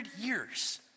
years